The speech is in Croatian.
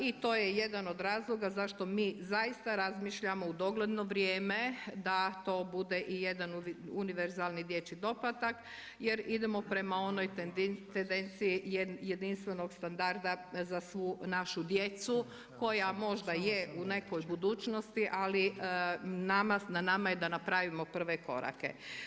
I to je jedan od razloga zašto mi zaista razmišljamo u dogledno vrijeme da to bude i jedan univerzalni dječji doplatak jer idemo prema onoj tendenciji jedinstvenog standarda za svu našu djecu koja možda je u nekoj budućnosti, ali na nama je da napravimo prve korake.